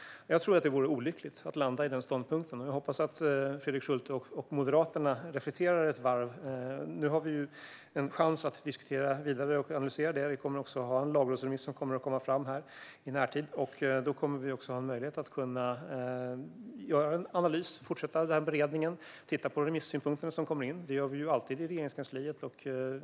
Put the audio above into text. Jag tror att det vore olyckligt att landa i den ståndpunkten. Jag hoppas att Fredrik Schulte och Moderaterna reflekterar ett varv till. Nu har vi en chans att diskutera och analysera vidare. Det kommer också en lagrådsremiss i närtid. Då kommer vi att kunna göra en analys och fortsätta beredningen och titta på de remissynpunkter som kommer in. Det gör vi ju alltid i Regeringskansliet.